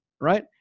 right